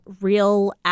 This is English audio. real